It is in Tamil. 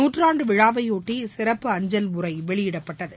நூற்றாண்டுவிழாவையொட்டி சிறப்பு அஞ்சல் உறைவெளியிடப்பட்டது